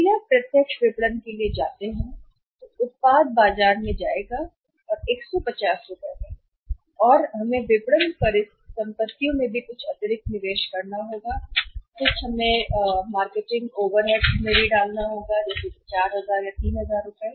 यदि आप प्रत्यक्ष विपणन के लिए जाते हैं तो उत्पाद बाजार में जाएगा और 150 रुपये और हमें विपणन परिसंपत्तियों में भी कुछ अतिरिक्त निवेश करना होगा और कुछ मार्केटिंग ओवरहेड्स हमें उकसाने हैं जो 4000 और 3000 हैं